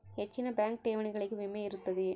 ಹೆಚ್ಚಿನ ಬ್ಯಾಂಕ್ ಠೇವಣಿಗಳಿಗೆ ವಿಮೆ ಇರುತ್ತದೆಯೆ?